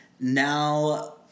Now